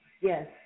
Yes